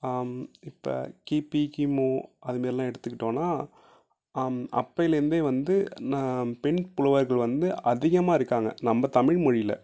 இப்போ கிபி கிமு அதுமாரிலாம் எடுத்துகிட்டோம்னால் அப்பைலேருந்தே வந்து நான் பெண் புலவர்கள் வந்து அதிகமாக இருக்காங்க நம்ம தமிழ் மொழியில